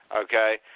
okay